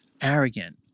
arrogant